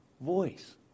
voice